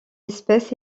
espèce